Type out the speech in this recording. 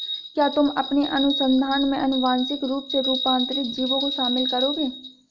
क्या तुम अपने अनुसंधान में आनुवांशिक रूप से रूपांतरित जीवों को शामिल करोगे?